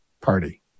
party